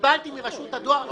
קיבלתי מרשות הדואר.